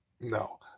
No